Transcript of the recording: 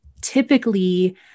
typically